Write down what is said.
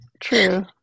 true